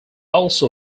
also